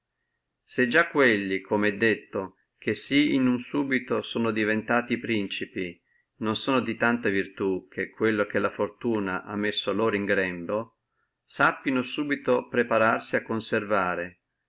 se già quelli tali come è detto che sí de repente sono diventati principi non sono di tanta virtù che quello che la fortuna ha messo loro in grembo e sappino subito prepararsi a conservarlo